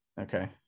Okay